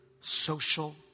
social